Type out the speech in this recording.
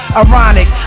ironic